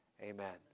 Amen